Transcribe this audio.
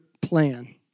plan